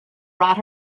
brought